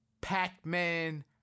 Pac-Man